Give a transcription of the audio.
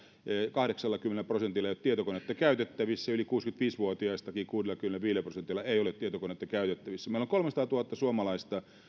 kahdeksallakymmenellä prosentilla ei ole tietokonetta käytettävissä ja yli kuusikymmentäviisi vuotiaistakin kuudellakymmenelläviidellä prosentilla ei ole tietokonetta käytettävissä meillä on kolmesataatuhatta